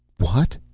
what?